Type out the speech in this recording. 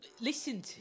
listen